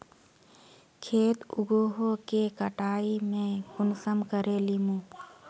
खेत उगोहो के कटाई में कुंसम करे लेमु?